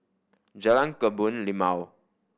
Jalan Kebun Limau